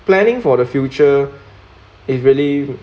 planning for the future is really